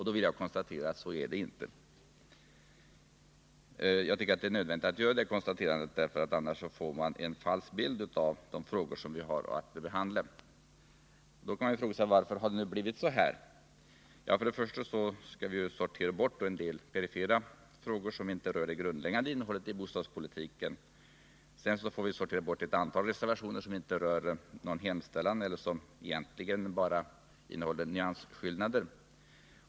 Så är det dock inte. Detta bör vi konstatera redan från början för att inte få en falsk bild av de frågor som vi har att behandla. Varför har det då blivit så här? Först och främst skall vi sortera bort en del perifera frågor som inte rör det grundläggande innehållet i bostadspolitiken. Sedan får vi sortera bort ett antal reservationer som inte rör någon hemställan eller som egentligen bara redovisar nyansskillnader.